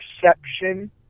perception